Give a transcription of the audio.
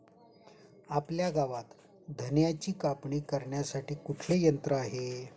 आपल्या गावात धन्याची कापणी करण्यासाठी कुठले यंत्र आहे?